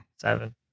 Seven